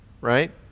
right